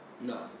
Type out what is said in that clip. No